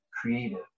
creative